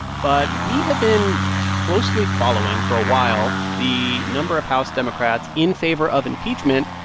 but we have been closely following for a while the number of house democrats in favor of impeachment.